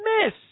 miss